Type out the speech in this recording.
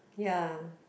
ya